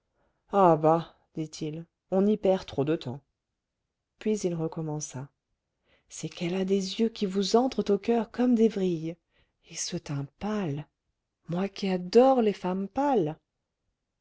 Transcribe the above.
ah bah dit-il on y perd trop de temps puis il recommença c'est qu'elle a des yeux qui vous entrent au coeur comme des vrilles et ce teint pâle moi qui adore les femmes pâles